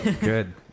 Good